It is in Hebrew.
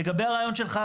לגבי הרעיון שלך,